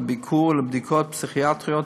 לביקור ולבדיקות פסיכיאטריות,